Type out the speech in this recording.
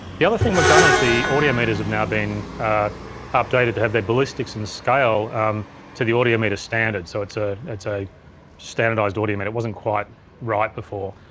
the other thing we've done is the audio meters have now been updated to have their ballistics and scale um to the audio meter standard. so it's ah it's a standardized audio meter, and it wasn't quite right before.